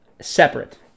separate